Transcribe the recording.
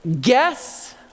Guess